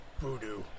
Voodoo